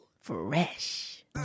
Fresh